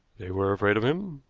they were afraid of him.